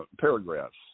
paragraphs